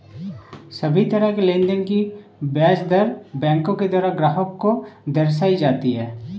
सभी तरह के लोन की ब्याज दर बैंकों के द्वारा ग्राहक को दर्शाई जाती हैं